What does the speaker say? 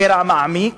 הקרע מעמיק